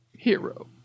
Hero